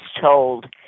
told